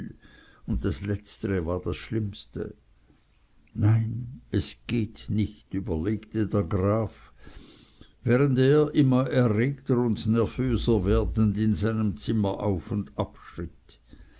und das letztere war das schlimmste nein es geht nicht überlegte der graf während er immer erregter und nervöser werdend in seinem zimmer auf und ab